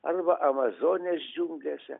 arba amazonės džiunglėse